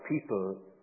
people